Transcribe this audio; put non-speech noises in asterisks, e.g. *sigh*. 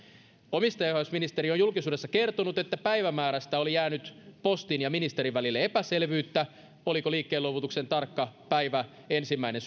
omistajaohjausministeri on julkisuudessa kertonut että päivämäärästä oli jäänyt postin ja ministerin välille epäselvyyttä oliko liikkeenluovutuksen tarkka päivämäärä ensimmäinen *unintelligible*